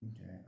Okay